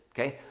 okay?